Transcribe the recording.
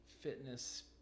fitness